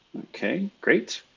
okay, great,